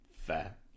fair